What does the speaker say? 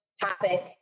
topic